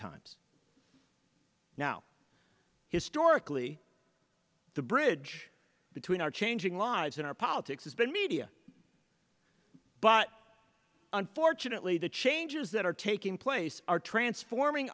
times now historically the bridge between our changing lives in our politics has been media but unfortunately the changes that are taking place are transforming